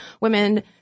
women